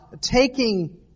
taking